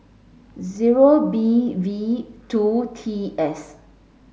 zero B V two T S